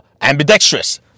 ambidextrous